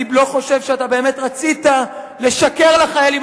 אני לא חושב שאתה באמת רצית לשקר לחיילים